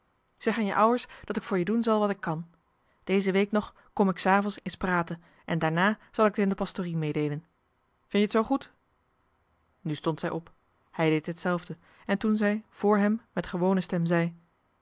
zeg aan je ou'ers dat ik voor je doen zal wat ik kan deze week nog kom ik s avonds es praten en daarnà johan de meester de zonde in het deftige dorp zal ik het in de pastorie meêdeelen vin je t zoo goed nu stond zij op hij deed hetzelfde en toen zij vr hem met gewone stem zei